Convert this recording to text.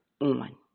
on